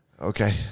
okay